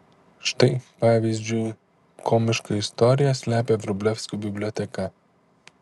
štai pavyzdžiui komišką istoriją slepia vrublevskių biblioteka